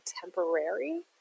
temporary